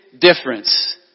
difference